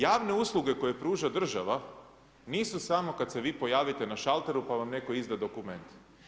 Javne usluge koje pruža država nisu samo kad se vi pojavite na šalteru pa vam netko izda dokument.